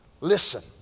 listen